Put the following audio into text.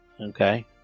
Okay